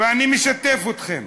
ואני משתף אתכם.